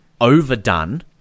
overdone